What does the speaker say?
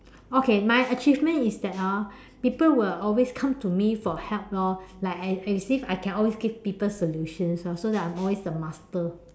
okay my achievement is that orh people will always come to me for help lor like I see I see if I can give solutions lor so that I'm always a master